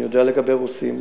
אני יודע לגבי רוסים,